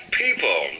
people